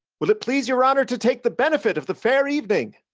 will it please your honor to take the benefit of the fair evening?